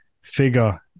figure